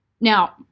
Now